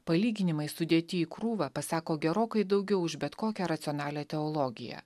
palyginimai sudėti į krūvą pasako gerokai daugiau už bet kokią racionalią teologiją